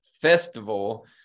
festival